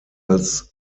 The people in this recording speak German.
als